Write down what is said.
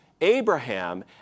Abraham